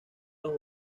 los